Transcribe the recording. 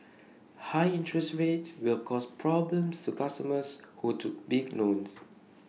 high interest rates will cause problems to customers who took big loans